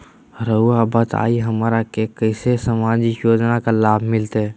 रहुआ बताइए हमरा के कैसे सामाजिक योजना का लाभ मिलते?